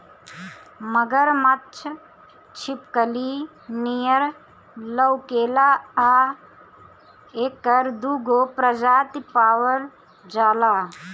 मगरमच्छ छिपकली नियर लउकेला आ एकर दूगो प्रजाति पावल जाला